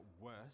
worse